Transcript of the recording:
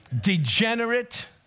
degenerate